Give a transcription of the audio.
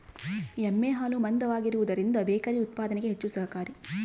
ಎಮ್ಮೆ ಹಾಲು ಮಂದವಾಗಿರುವದರಿಂದ ಬೇಕರಿ ಉತ್ಪಾದನೆಗೆ ಹೆಚ್ಚು ಸಹಕಾರಿ